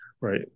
right